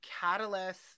catalyst